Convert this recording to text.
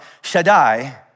Shaddai